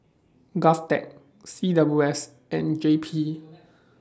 Govtech C W S and J P